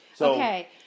Okay